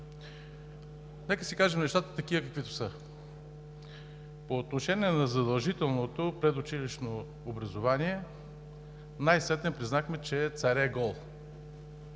Нека си кажем нещата такива, каквито са. По отношение на задължителното предучилищно образование най-сетне признахме, че царят е гол,